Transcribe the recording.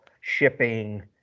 shipping